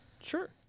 Sure